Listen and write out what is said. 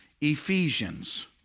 Ephesians